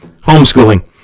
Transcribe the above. Homeschooling